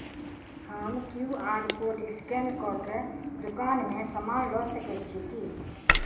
हम QR code scan कऽ केँ दुकान मे समान लऽ सकैत छी की?